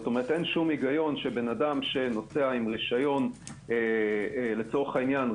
אין שום היגיון שאדם שנוסע עם רשיון לצורך העניין,